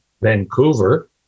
Vancouver